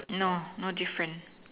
no no different